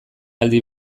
aldi